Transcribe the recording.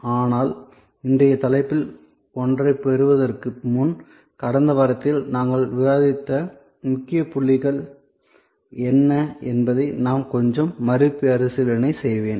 ஆனால் இன்றைய தலைப்பில் ஒன்றைப் பெறுவதற்கு முன் கடந்த வாரத்தில் நாங்கள் விவாதித்த முக்கியப் புள்ளிகள் என்ன என்பதை நான் கொஞ்சம் மறுபரிசீலனை செய்வேன்